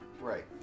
right